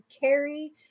carry